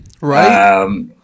right